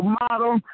model